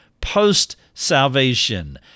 post-salvation